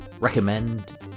recommend